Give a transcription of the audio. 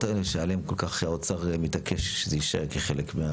האלה שעליהן כל כך האוצר מתעקש שזה יישאר כחלק.